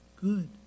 good